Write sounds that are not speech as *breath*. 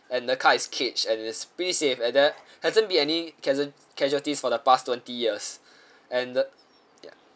and the car is caged and it's pretty safe and there hasn't been any casualties for the past twenty years *breath* and the ya